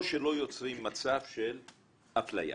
או שלא יוצרים מצב של אפליה,